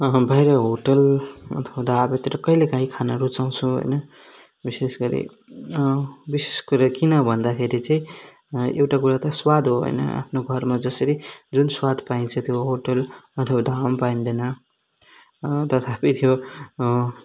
बाहिर होटेल अथवा ढाबातिर चाहिँ कहिले काहीँ खानु रुचाउँछु होइन विशेष गरी विशेष कुरा किनभन्दा चाहिँ एउटा कुरा चाहिँ स्वाद हो होइन आफ्नो घरमा जसरी जुन स्वाद पाइन्छ त्यो होटेल अथवा ढाबामा पाइँदैन तथापि त्यो